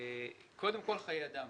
שקודם כול חיי אדם.